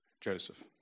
Joseph